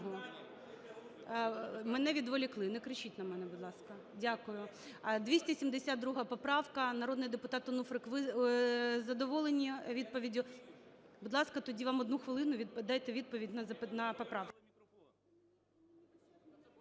Мене відволікли, не кричіть на мене, будь ласка. Дякую. 272 поправка. Народний депутат Онуфрик, ви задоволені відповіддю? Будь ласка, тоді вам одну хвилину. Дайте відповідь на поправку.